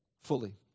fully